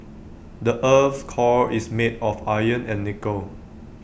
the Earth's core is made of iron and nickel